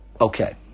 Okay